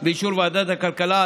באישור ועדת הכלכלה,